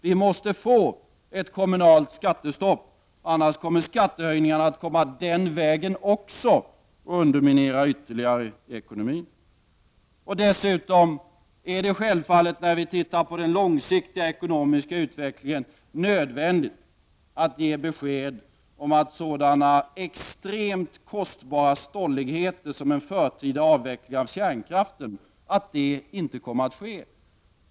Vi måste få ett kommunalt skattestopp, annars kommer skattehöjningarna att även den vägen ytterligare underminera ekonomin. Dessutom är det självfallet, när vi tittar på den långsiktiga ekonomiska utvecklingen, nödvändigt att ge besked om att sådana extremt kostbara stolligheter som en förtida avveckling av kärnkraften inte kommer att ske.